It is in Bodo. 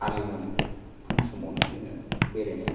आरलि मरनिं फुं समावनो जोङो बेरायनाय